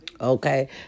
Okay